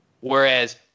Whereas